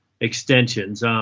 extensions